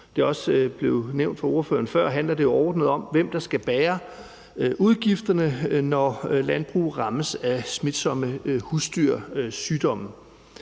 for forslagstillerne før, handler det jo overordnet om, hvem der skal bære udgifterne, når landbrug rammes af smitsomme husdyrsygdomme.